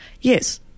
Yes